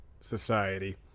Society